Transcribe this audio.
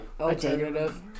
alternative